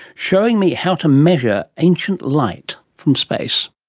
showing me how to measure ancient light from space.